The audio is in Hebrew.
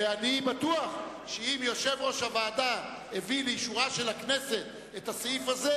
ואני בטוח שאם יושב-ראש הוועדה הביא לאישורה של הכנסת את הסעיף הזה,